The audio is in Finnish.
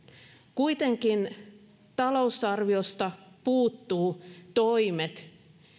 kuitenkin talousarviosta puuttuvat toimet